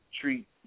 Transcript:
treat